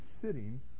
sitting